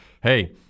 Hey